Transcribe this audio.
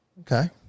Okay